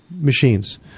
machines